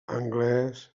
anglès